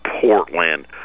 Portland